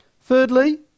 Thirdly